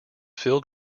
filled